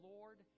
Lord